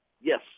Yes